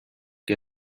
que